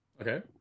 Okay